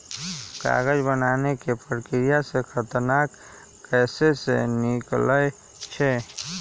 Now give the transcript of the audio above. कागज बनाबे के प्रक्रिया में खतरनाक गैसें से निकलै छै